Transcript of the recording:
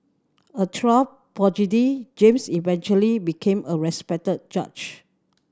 a child prodigy James eventually became a respected judge